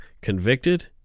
convicted